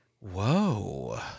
Whoa